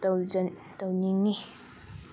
ꯇꯧꯅꯤꯡꯉꯤ